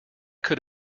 could